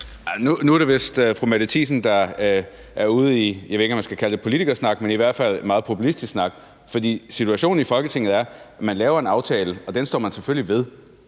Nu er det vist fru Mette Thiesen, der er ude i, jeg ved ikke, om jeg skal kalde det politikersnak, men i hvert fald meget populistisk snak. For situationen i Folketinget er, at man laver en aftale, og den står man selvfølgelig ved,